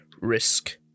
risk